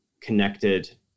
connected